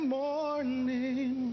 morning